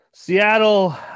Seattle